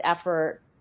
effort